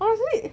oh is it